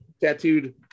tattooed